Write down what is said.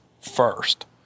first